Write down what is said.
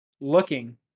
looking